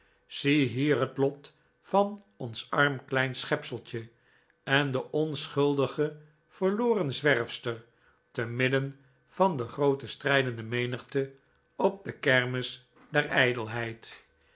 vreugde ziehier het lot van ons arm klein schepseltje en de onschuldige verloren zwerfster te midden van de groote strijdende menigte op de kermis der